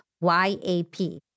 Y-A-P